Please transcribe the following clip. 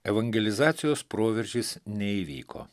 evangelizacijos proveržis neįvyko